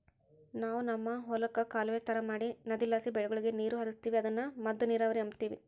ನಾವು ನಮ್ ಹೊಲುಕ್ಕ ಕಾಲುವೆ ತರ ಮಾಡಿ ನದಿಲಾಸಿ ಬೆಳೆಗುಳಗೆ ನೀರು ಹರಿಸ್ತೀವಿ ಅದುನ್ನ ಮದ್ದ ನೀರಾವರಿ ಅಂಬತೀವಿ